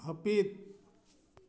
ᱦᱟᱹᱯᱤᱫ